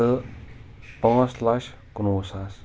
تہٕ پانٛژھ لچھ کُنوُہ ساس